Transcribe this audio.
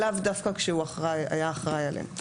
לאו דווקא כשהוא היה אחראי עליהם.